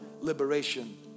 liberation